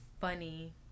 funny